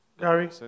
Gary